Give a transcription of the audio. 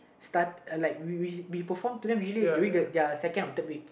start like we we perform to them usually during the ya their second or third week